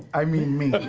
i mean me.